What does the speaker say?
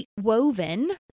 woven